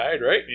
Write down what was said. right